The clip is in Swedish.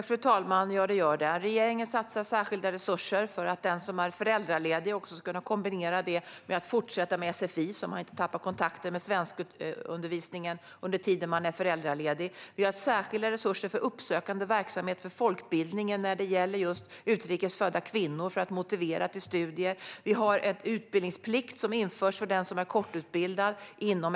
Fru talman! Ja, det gör det. Regeringen satsar särskilda resurser för att den som är föräldraledig ska kunna fortsätta med sfi, så att man inte tappar kontakten med svenskundervisningen under föräldraledigheten. Vi har särskilda resurser för uppsökande verksamhet gällande folkbildning för just utrikes födda kvinnor, för att motivera till studier. Inom etableringsuppdraget införs utbildningsplikt för den som är kortutbildad.